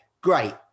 great